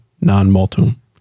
non-multum